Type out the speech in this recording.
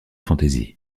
fantasy